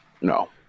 No